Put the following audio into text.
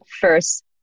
first